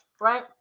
right